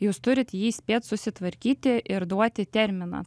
jūs turit jį spėt susitvarkyti ir duoti terminą